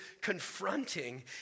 confronting